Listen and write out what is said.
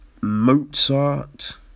Mozart